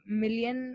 million